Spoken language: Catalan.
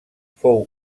fou